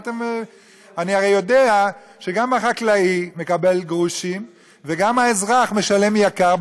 אני הרי יודע שגם החקלאי מקבל גרושים וגם האזרח משלם יקר.